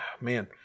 Man